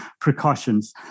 precautions